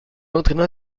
entraîna